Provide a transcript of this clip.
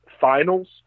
finals